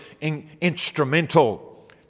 instrumental